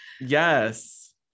Yes